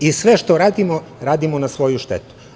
I sve što radimo, radimo na svoju štetu.